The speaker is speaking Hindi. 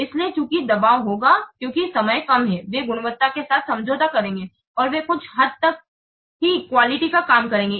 इसलिए चूंकि दबाव होगा क्योंकि समय कम है वे गुणवत्ता के साथ समझौता करेंगे और वे कुछ हद तक ही क्वालिटी का काम करेंगे